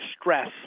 stress